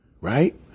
right